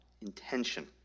intention